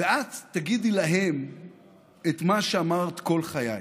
ואת תגידי להם את מה שאמרת כל חייך: